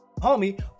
homie